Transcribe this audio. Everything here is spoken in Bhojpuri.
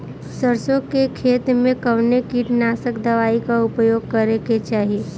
सरसों के खेत में कवने कीटनाशक दवाई क उपयोग करे के चाही?